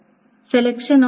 ലാണ് സെലക്ഷൻ